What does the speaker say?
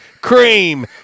Cream